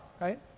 right